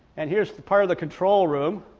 and here's part of the control room